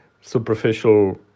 Superficial